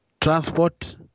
transport